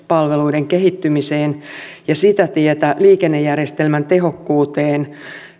palveluiden kehittymiseen ja sitä tietä liikennejärjestelmän tehokkuuteen